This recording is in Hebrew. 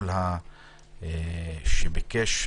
שמענו כל מי שביקש,